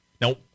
Now